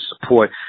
support